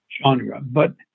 genre—but